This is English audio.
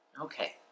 Okay